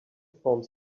forms